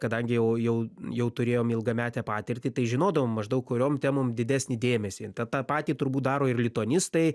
kadangi o jau jau turėjom ilgametę patirtį tai žinodavom maždaug kuriom temom didesnį dėmesį ta tą patį turbūt daro ir lituanistai